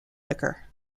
liquor